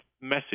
message